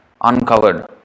uncovered